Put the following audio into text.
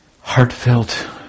heartfelt